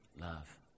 love